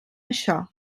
això